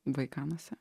buvai kanuose